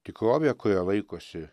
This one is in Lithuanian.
tikrovė kurią laikosi